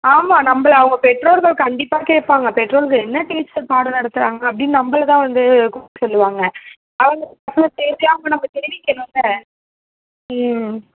ஆமாம் நம்மளை அவங்க பெற்றோர்கள் கண்டிப்பாக கேட்பாங்க பெற்றோர்கள் என்ன டீச்சர் பாடம் நடத்துகிறாங்க அப்படின்னு நம்மளை தான் வந்து கூப்பிட்டு சொல்லுவாங்கள் அப்போ அவங்களுக்கு நம்ம தெரிவிக்கணும்ல ம்